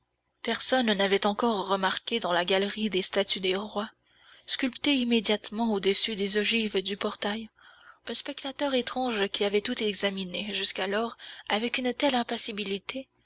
personne n'avait encore remarqué dans la galerie des statues des rois sculptés immédiatement au-dessus des ogives du portail un spectateur étrange qui avait tout examiné jusqu'alors avec une telle impassibilité